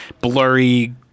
blurry